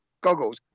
goggles